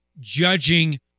judging